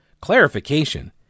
Clarification